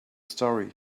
story